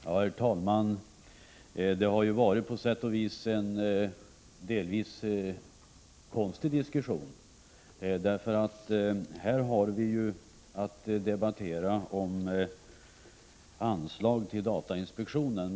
Herr talman! Det har här på sätt och vis varit en delvis konstig diskussion. Vi har ju att debattera anslag till datainspektionen.